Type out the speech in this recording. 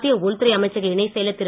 மத்திய உள்துறை அமைச்சக இணைச்செயலர் திரு